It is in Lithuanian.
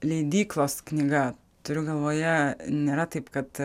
leidyklos knyga turiu galvoje nėra taip kad